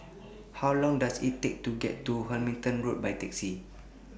How Long Does IT Take to get to Hamilton Road By Taxi